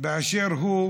באשר הוא,